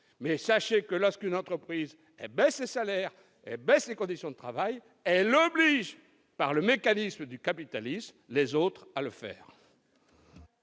pourtant que, lorsqu'une entreprise baisse les salaires et dégrade les conditions de travail, elle oblige par le mécanisme du capitalisme les autres à faire